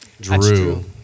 Drew